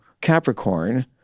Capricorn